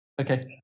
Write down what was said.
Okay